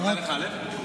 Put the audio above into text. נקרע לך הלב?